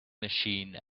machine